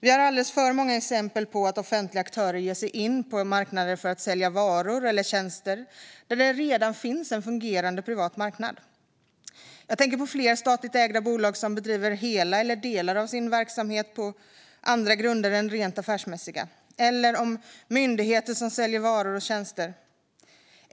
Vi har alldeles för många exempel på att offentliga aktörer ger sig in på en redan fungerande privat marknad för att sälja varor eller tjänster. Jag tänker på flera statligt ägda bolag som bedriver hela eller delar av sin verksamhet på andra grunder än rent affärsmässiga, och jag tänker på myndigheter som säljer varor och tjänster.